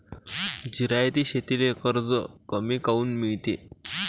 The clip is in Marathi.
जिरायती शेतीले कर्ज कमी काऊन मिळते?